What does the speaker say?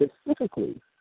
specifically